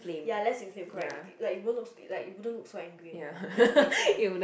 ya less inflamed correct like you won't look you wouldn't look so angry anymore like the next day